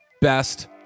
Best